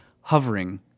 hovering